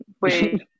wait